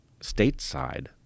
stateside